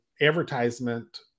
advertisement